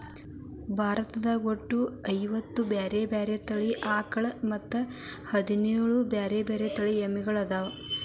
ಭಾರತದಾಗ ಒಟ್ಟ ಐವತ್ತ ಬ್ಯಾರೆ ಬ್ಯಾರೆ ತಳಿ ಆಕಳ ಮತ್ತ್ ಹದಿನೇಳ್ ಬ್ಯಾರೆ ಬ್ಯಾರೆ ಎಮ್ಮಿ ತಳಿಗೊಳ್ಅದಾವ